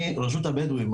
אני מרשות הבדווים,